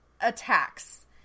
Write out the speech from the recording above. attacks